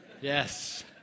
Yes